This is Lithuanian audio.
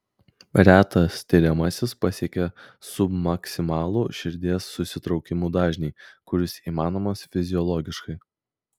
retas tiriamasis pasiekia submaksimalų širdies susitraukimų dažnį kuris įmanomas fiziologiškai